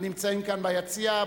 הנמצאים פה ביציע.